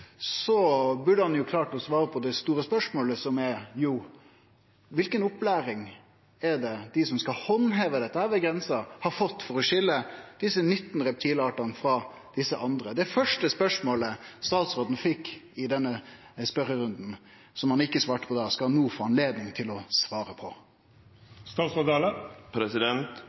burde han ha klart å svare på det store spørsmålet, som er: Kva opplæring er det dei som skal handheve dette ved grensa, har fått for å skilje desse 19 reptilartane frå andre? Det første spørsmålet statsråden fekk i denne spørjerunden, som han ikkje svarte på da, skal han no få anledning til å svare